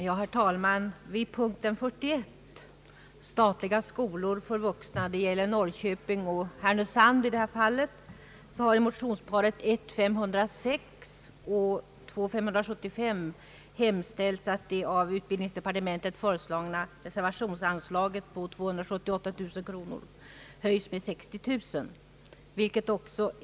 Herr talman! Vid punkt 41, Statliga skolor för vuxna: Undervisningsmateriel m.m. — det gäller Norrköping och Härnösand i detta fall — har utskottet haft att behandla motionerna I: 506 och II: 575, vari hemställts att det av utbildningsdepartementet föreslagna reservationsanslaget på 278000 kronor höjs med 60 000 kronor.